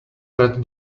read